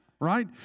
right